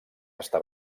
està